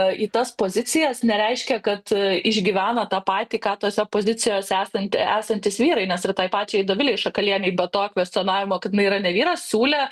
į tas pozicijas nereiškia kad išgyvena tą patį ką tose pozicijose esanti esantys vyrai nes ir tai pačiai dovilei šakalienei be to kvestionavimo kad jinai yra ne vyras siūlė